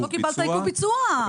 לא קיבלת עיכוב ביצוע.